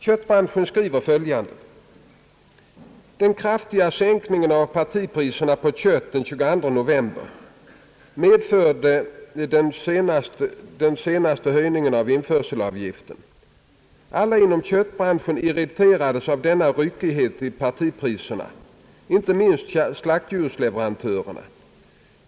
»Köttbranschen» skriver följande: »Den kraftiga sänkningen av partipriserna på kött den 22 november medförde den senaste höjningen av införselavgiften. Alla inom köttbranschen irriteras av denna ryckighet i partipriserna — inte minst slaktdjursleverantörerna.